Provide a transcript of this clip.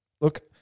look